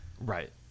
Right